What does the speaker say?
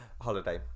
Holiday